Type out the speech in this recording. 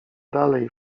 dalej